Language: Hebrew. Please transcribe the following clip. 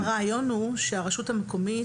הרעיון הוא שהרשות המקומית,